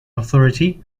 authority